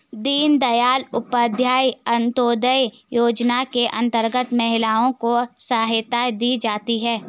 दीनदयाल उपाध्याय अंतोदय योजना के अंतर्गत महिलाओं को सहायता दी जाती है